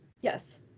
Yes